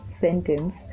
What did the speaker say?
sentence